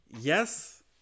yes